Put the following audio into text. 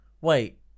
wait